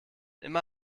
immer